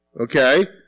okay